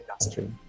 industry